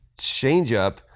changeup